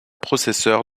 processeur